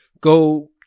go